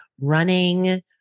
running